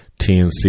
TNC